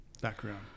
background